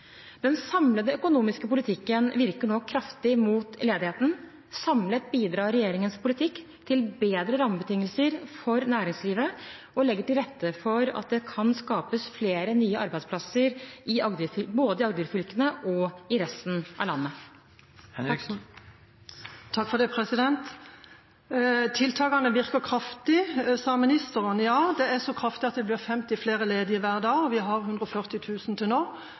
Den samlede økonomiske politikken virker nå kraftig mot ledigheten. Samlet bidrar regjeringens politikk til bedre rammebetingelser for næringslivet og legger til rette for at det kan skapes flere nye arbeidsplasser både i Agder-fylkene og i resten av landet. Tiltakene virker kraftig, sa ministeren. Ja, det er så kraftig at det blir 50 flere ledige hver dag. Vi har 140 000 til nå,